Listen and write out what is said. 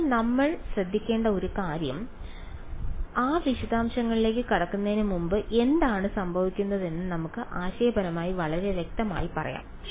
അതിനാൽ നമ്മൾ ശ്രദ്ധിക്കേണ്ട ഒരു കാര്യം എന്നാൽ ആ വിശദാംശങ്ങളിലേക്ക് കടക്കുന്നതിന് മുമ്പ് എന്താണ് സംഭവിക്കുന്നതെന്ന് നമുക്ക് ആശയപരമായി വളരെ വ്യക്തമായി പറയാം